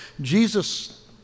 Jesus